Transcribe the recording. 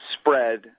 spread